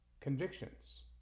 Convictions